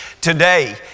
today